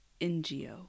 N-G-O